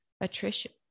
attrition